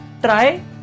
try